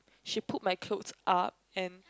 she pulled my clothes up and